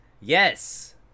Yes